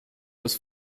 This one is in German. bis